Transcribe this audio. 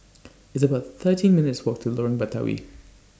It's about thirteen minutes' Walk to Lorong Batawi